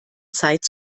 zeit